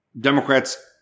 Democrats